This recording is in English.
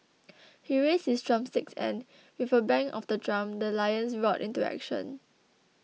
he raised his drumsticks and with a bang of the drum the lions roared into action